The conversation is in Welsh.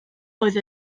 oedd